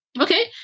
Okay